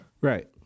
Right